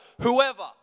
Whoever